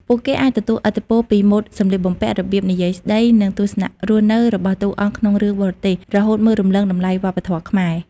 ពួកគេអាចទទួលឥទ្ធិពលពីម៉ូដសម្លៀកបំពាក់ របៀបនិយាយស្តី និងទស្សនៈរស់នៅរបស់តួអង្គក្នុងរឿងបរទេស រហូតមើលរំលងតម្លៃវប្បធម៌ខ្មែរ។